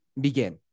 begin